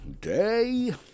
Day